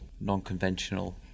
non-conventional